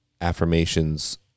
affirmations